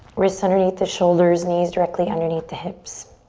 wrists underneath the shoulders, knees directly underneath the hips.